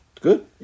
Good